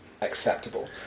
acceptable